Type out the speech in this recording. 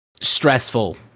Stressful